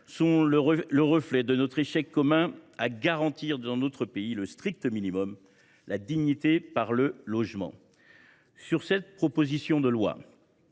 sont le reflet de notre échec commun à garantir dans notre pays le strict minimum, à savoir la dignité par le logement. Cette proposition de loi,